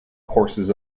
courses